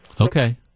Okay